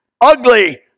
ugly